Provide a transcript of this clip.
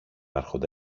άρχοντα